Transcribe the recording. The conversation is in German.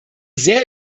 sehr